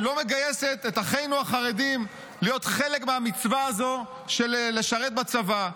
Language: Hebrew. היא לא מגייסת את אחינו החרדים להיות חלק מהמצווה הזו של לשרת בצבא,